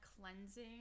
cleansing